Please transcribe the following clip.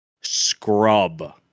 Scrub